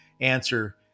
answer